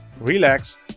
relax